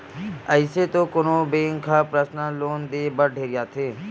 अइसे तो कोनो भी बेंक ह परसनल लोन देय बर ढेरियाथे